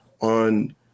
on